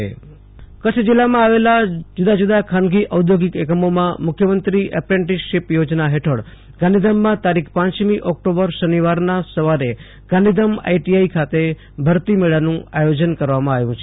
આશુતોષ અંતાણી ગાંધીધામઃ ઔદ્યોગિક ભરતી મેળો કચ્છ જિલ્લામાં આવેલા જુદા જુદા ખાનગી ઔદ્યોગિક એકમોમાં મુખ્યમંત્રી એપ્રેન્ટિસશીપ યોજના હેઠળ ગાંધીધામમાં તારીખ પમી ઓકટોબર શનિવારના સવારે ગાંધીધામ આઈટીઆઈ ખાતે ભરતી મેળાનું આયોજન કરવામાં આવ્યું છે